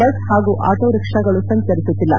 bus ಹಾಗೂ ಆಟೋರಿಕ್ಷಾಗಳು ಸಂಚರಿಸುತ್ತಿಲ್ಲ